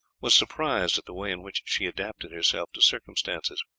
was surprised at the way in which she adapted herself to circumstances.